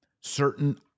certain